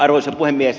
arvoisa puhemies